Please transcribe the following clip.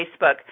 Facebook